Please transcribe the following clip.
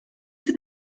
sind